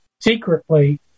secretly